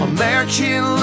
American